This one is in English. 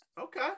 Okay